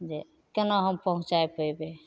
जे कोना हम पहुँचै पएबै